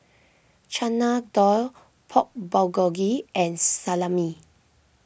Chana Dal Pork Bulgogi and Salami